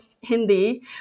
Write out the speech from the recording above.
Hindi